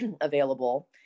available